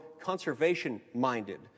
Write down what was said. conservation-minded